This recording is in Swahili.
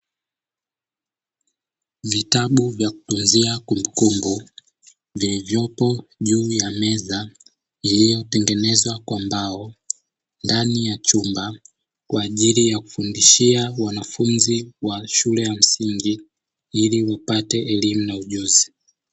Vitabu vya kutunzia kumbukumbu vilivyopo juu ya meza iliyotengenezwa kwa mbao ndani ya chumba kwa ajili ya kufundishia wanafunzi wa shule ya msingi ili upate elimu na ujuzi.